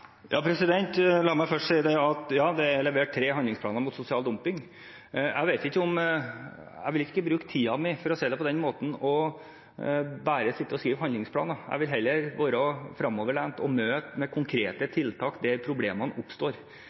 La meg først si at ja, det er levert tre handlingsplaner mot sosial dumping. Jeg vil ikke bruke tiden min til – for å si det på den måten – bare å sitte og skrive handlingsplaner. Jeg vil heller være fremoverlent og møte med konkrete tiltak der problemene oppstår,